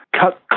cut